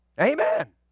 amen